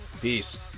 Peace